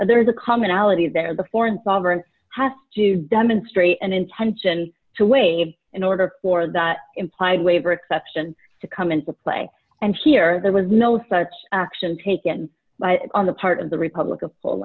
there's a commonality there the foreign sovereign has to demonstrate an intention to waive in order for that implied waiver exception to come into play and here there was no such action taken by on the part of the republic of pol